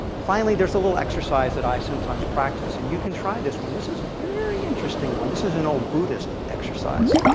finally, there's a little exercise that i sometimes practice. and you can try this one. this is a very interesting one. this is an old buddhist exercise.